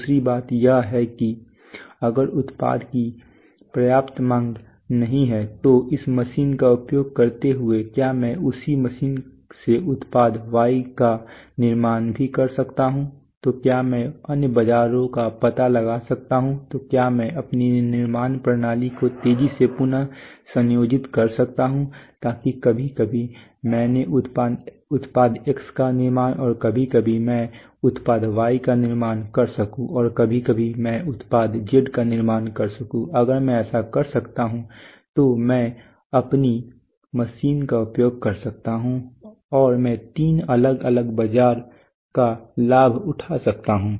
दूसरी बात यह है कि अगर उत्पाद की पर्याप्त मांग नहीं है तो इस मशीन का उपयोग करते हुए क्या मैं उसी मशीन से उत्पाद Y का निर्माण भी कर सकता हूं तो क्या मैं अन्य बाजारों का पता लगा सकता हूं तो क्या मैं अपनी निर्माण प्रणाली को तेजी से पुन संयोजित कर सकता हूं ताकि कभी कभी मैं उत्पाद X का निर्माण और कभी कभी मैं उत्पाद Y का निर्माण कर सकूं और कभी कभी मैं उत्पाद Z का निर्माण कर सकूं अगर मैं ऐसा कर सकता हूं तो मैं अपनी मशीन का उपयोग कर सकता हूं और मैं तीन अलग अलग बाजारों का लाभ उठा सकता हूं